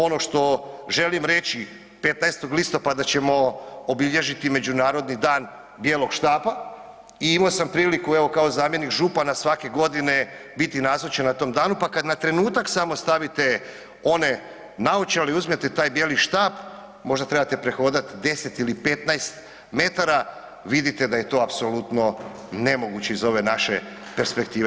Ono što želim reći, 15. listopada ćemo obilježiti Međunarodni dan bijelog štapa i imo sam priliku evo kao zamjenik župana svake godine biti nazočan na tom danu, pa kad na trenutak samo stavite one naočale i uzmete taj bijeli štap, možda trebate prehodat 10 ili 15 metara, vidite da je to apsolutno iz ove naše perspektive.